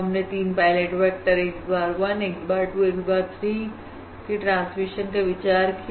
हमने 3 pilot vector x bar 1 x bar 2 x bar 3 की transmission का विचार किया